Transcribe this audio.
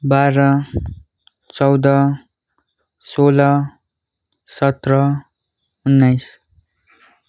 बाह्र चौध सोह्र सत्र उन्नाइस